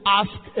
ask